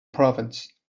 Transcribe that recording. province